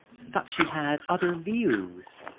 thought she had other views.